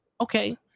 Okay